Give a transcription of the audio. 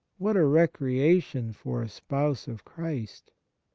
what a recreation for a spouse of christ!